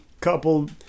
couple